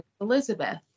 Elizabeth